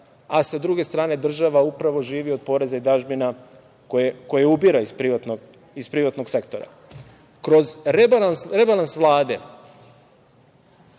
a sa druge strane upravo država živi od poreza i dažbina koje ubira iz privatnog sektora. Kroz rebalans Vlade,